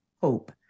hope